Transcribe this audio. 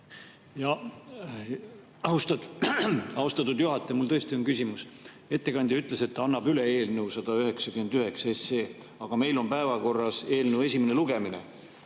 Austatud juhataja! Mul tõesti on küsimus. Ettekandja ütles, et ta annab üle eelnõu 199, aga meil on päevakorras eelnõu esimene lugemine.